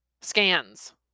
Scans